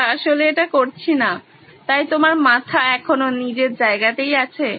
আমরা আসলে এটা করছি না তাই তোমার মাথা এখনো নিজের জায়গাতেই আছে